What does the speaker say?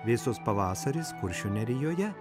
vėsus pavasaris kuršių nerijoje